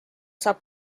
saab